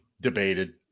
debated